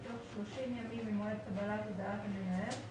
בתוך שלושה ימים ממועד קבלת הודעת המנהל,